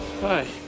Hi